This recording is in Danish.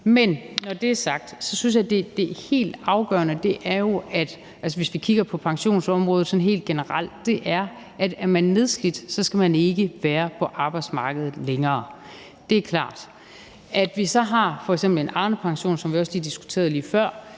Men når det er sagt, synes jeg, at det helt afgørende jo er, hvis vi kigger på pensionsområdet sådan helt generelt, at hvis man er nedslidt, skal man ikke være på arbejdsmarkedet længere. Det er klart. I forhold til at vi så f.eks. har en Arnepension, som vi også diskuterede lige før,